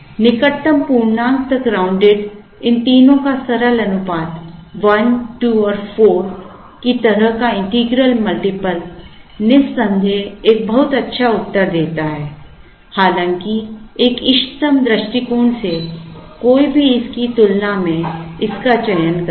निकटतम पूर्णांक तक राउंडेड इन तीनों का सरल अनुपात 1 2 और 4 Refer Slide Time 1544 की तरह का इंटीग्रल मल्टीपल निस्संदेह एक बहुत अच्छा उत्तर देता है हालांकि एक इष्टतम दृष्टिकोण से कोई भी इसकी तुलना में इसका चयन करेगा